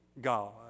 God